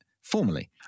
formally